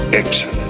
excellent